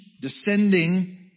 descending